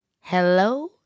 Hello